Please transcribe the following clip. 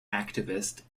activist